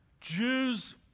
Jews